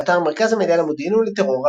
באתר מרכז המידע למודיעין ולטרור,